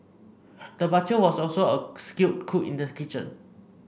the butcher was also a skilled cook in the kitchen